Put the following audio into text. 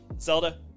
Zelda